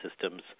systems